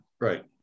Right